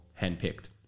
handpicked